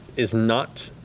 is not